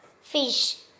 fish